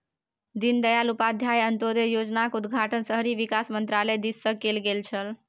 दीनदयाल उपाध्याय अंत्योदय योजनाक उद्घाटन शहरी विकास मन्त्रालय दिससँ कैल गेल छल